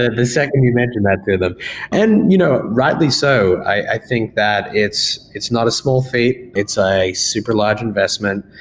the second you mention that to them. and you know rightly so, i think that it's it's not a small fete. it's a super large investment,